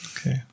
Okay